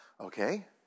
Okay